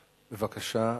בבקשה.